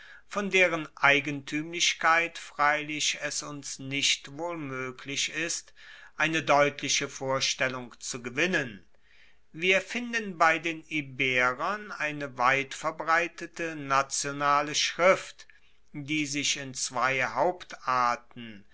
von deren eigentuemlichkeit freilich es uns nicht wohl moeglich ist eine deutliche vorstellung zu gewinnen wir finden bei den iberern eine weitverbreitete nationale schrift die sich in zwei